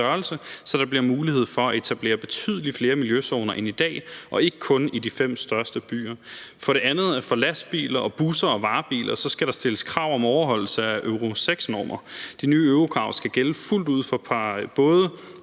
så der bliver mulighed for at etablere betydelig flere miljøzoner end i dag, og ikke kun i de fem største byer. For det andet: For lastbiler og busser og varebiler skal der stilles krav om overholdelse af Euro 6-normer. De nye Euro-krav skal gælde fuldt ud for både